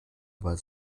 über